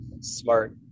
smart